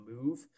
move